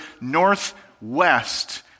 northwest